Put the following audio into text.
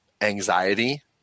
anxiety